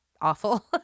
awful